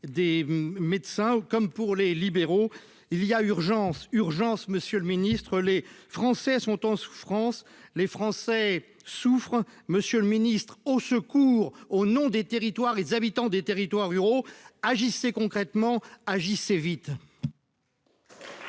des médecins, comme pour les libéraux, il y a urgence, urgence, Monsieur le Ministre, les Français sont en souffrance, les Français souffrent, monsieur le Ministre, au secours, au nom des territoires, les habitants des territoires ruraux, agissez concrètement agissez vite.